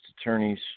attorneys